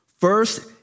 First